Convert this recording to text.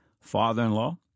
father-in-law